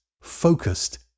focused